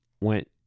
went